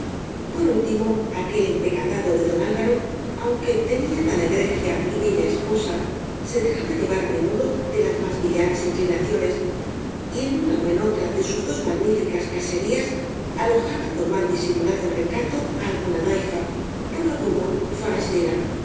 por último aquel empecatado de don alvaro aunque tenía tan egregia y bella es posa se dejaba llevar á menudo de las más villa nas inclinaciones y en una ó en otra de sus dos magníficas caserías alojaba con mal disimulado re cato á alguna daifa por lo común forastera